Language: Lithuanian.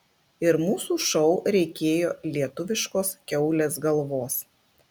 ir mūsų šou reikėjo lietuviškos kiaulės galvos